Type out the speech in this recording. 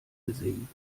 gesehen